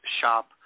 shop